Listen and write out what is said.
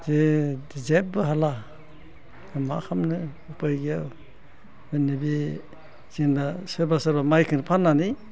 जेबो हाला दा मा खालामनो उफाय गैया जोंनि बे सोरबा सोरबा माइखौनो फाननानै